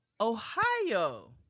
ohio